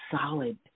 solid